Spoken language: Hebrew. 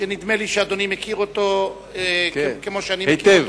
שנדמה לי שאדוני מכיר אותו כמו שאני מכיר אותו.